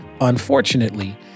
unfortunately